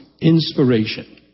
inspiration